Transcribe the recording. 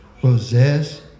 possess